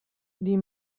die